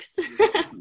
Thanks